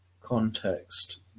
context